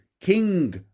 king